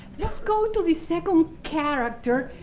let's go to the second character,